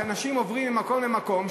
כשאנשים עוברים ממקום למקום,